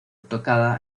tocada